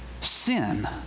sin